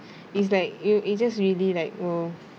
is like you you just really like !whoa!